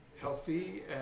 healthy